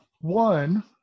One